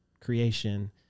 creation